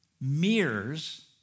mirrors